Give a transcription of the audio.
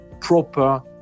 proper